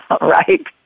Right